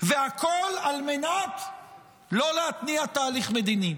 והכול על מנת שלא להתניע תהליך מדיני.